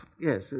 Yes